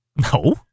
No